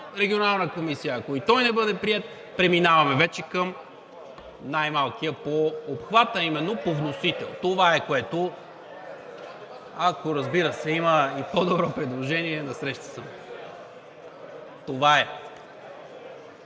Регионалната комисия, ако и той не бъде приет, преминаваме вече към най-малкия по обхват, а именно по вносител. Това е. Разбира се, ако има по-добро предложение, насреща съм.